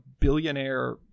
billionaire